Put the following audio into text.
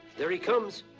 there he comes,